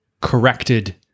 corrected